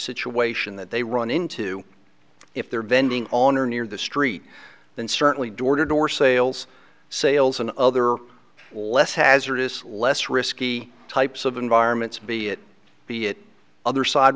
situation that they run into if they're vending on or near the street then certainly door to door sales sales and other less hazardous less risky types of environments be it be it other side